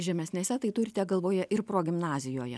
žemesnėse tai turite galvoje ir progimnazijoje